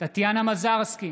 טטיאנה מזרסקי,